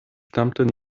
tamten